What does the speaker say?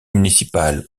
municipal